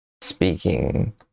speaking